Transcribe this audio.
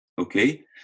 Okay